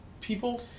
people